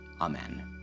Amen